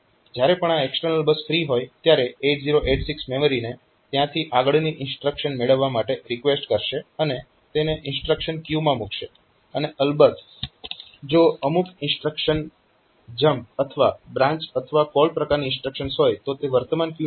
જ્યારે પણ આ એક્સટર્નલ બસ ફ્રી હોય ત્યારે 8086 મેમરીને ત્યાંથી આગળની ઇન્સ્ટ્રક્શન મેળવવા માટે રિકવેસ્ટ કરશે અને તેને ઇન્સ્ટ્રક્શન ક્યુ માં મૂકશે અને અલબત્ત જો અમુક ઇન્સ્ટ્રક્શન જમ્પ અથવા બ્રાન્ચ અથવા કોલ પ્રકારની ઇન્સ્ટ્રક્શન્સ હોય તો તે વર્તમાન ક્યુ ના કન્ટેન્ટ ને અવગણશે